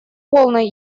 полной